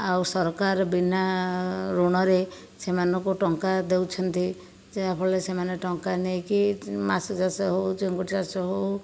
ଆଉ ସରକାର ବିନା ଋଣରେ ସେମାନଙ୍କୁ ଟଙ୍କା ଦେଉଛନ୍ତି ଯାହା ଫଳରେ ସେମାନେ ଟଙ୍କା ନେଇକି ମାଛ ଚାଷ ହେଉ ଚିଙ୍ଗୁଡ଼ି ଚାଷ ହେଉ